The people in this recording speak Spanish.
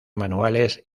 manuales